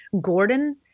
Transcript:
Gordon